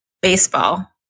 baseball